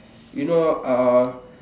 you know uh